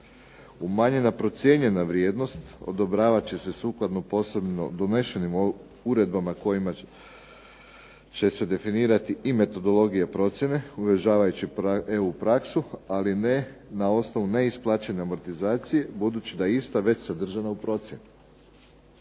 Umanjena procijenjena vrijednost odobravat će se sukladno posebno donesenim uredbama kojima će se definirati i metodologija procjene, uvažavajući EU praksu, ali ne na osnovu neisplaćene amortizacije budući da je ista već sadržana u procjeni.